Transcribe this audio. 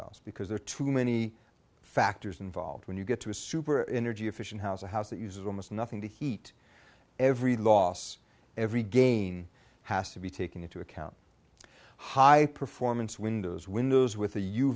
r because there are too many factors involved when you get to a super inner g efficient house a house that uses almost nothing to heat every loss every gain has to be taken into account high performance windows windows with